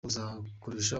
uzafasha